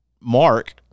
Mark